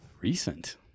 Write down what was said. recent